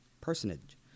personage